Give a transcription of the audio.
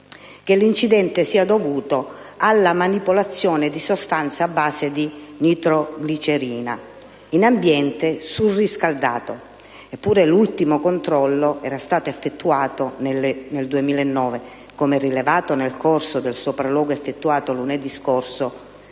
che l'incidente sia dovuto alla manipolazione di sostanza a base di nitroglicerina in ambiente surriscaldato. Eppure l'ultimo controllo era stato effettuato nel 2009, come rilevato nel corso del sopralluogo effettuato lunedì scorso